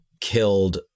killed